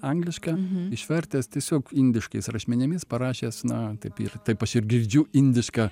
anglišką išvertęs tiesiog indiškais rašmenimis parašęs na taip ir taip aš ir girdžiu indišką